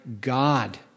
God